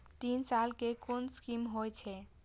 तीन साल कै कुन स्कीम होय छै?